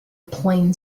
plain